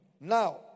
Now